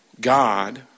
God